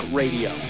radio